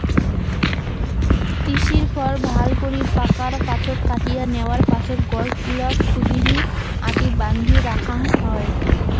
তিসির ফল ভালকরি পাকার পাছত কাটিয়া ন্যাওয়ার পাছত গছগুলাক ক্ষুদিরী আটি বান্ধি রাখাং হই